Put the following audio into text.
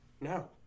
No